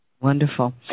Wonderful